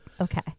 Okay